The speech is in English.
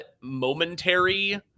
momentary